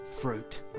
fruit